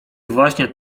właśnie